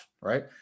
right